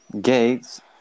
Gates